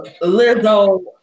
little